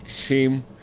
Team